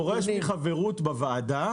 פורש מחברות בוועדה.